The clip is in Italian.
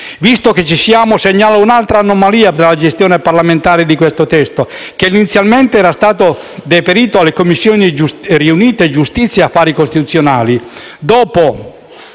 Visto che ci siamo, segnalo un'altra anomalia della gestione parlamentare di questo testo, che inizialmente era stato deferito alle Commissioni riunite giustizia e affari costituzionali.